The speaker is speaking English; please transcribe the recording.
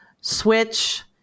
Switch